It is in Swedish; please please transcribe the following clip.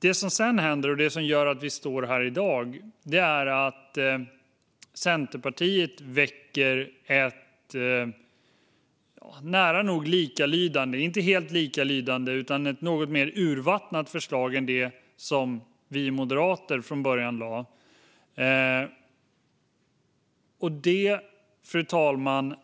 Det som sedan hände och som har gjort att vi står här i dag var att Centerpartiet väckte ett nära nog likalydande, inte helt likalydande, men något mer utvattnat förslag än det som vi moderater lade fram från början. Fru talman! Det